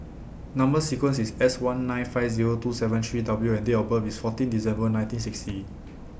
Number sequence IS S one nine five Zero two seven three W and Date of birth IS fourteen December nineteen sixty